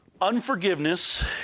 Unforgiveness